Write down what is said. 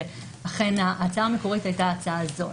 ואכן ההצעה המקורית הייתה ההצעה הזאת,